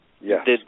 Yes